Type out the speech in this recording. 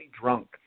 drunk